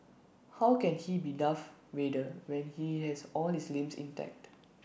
how can he be Darth Vader when he has all his limbs intact